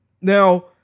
Now